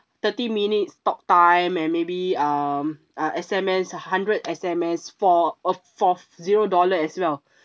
thirty minutes talk time and maybe um uh S_M_S hundred S_M_S for a fourth zero dollar as well